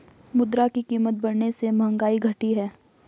मुद्रा की कीमत बढ़ने से महंगाई घटी है